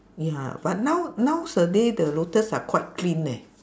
ya but now nowaday the lotus are quite clean leh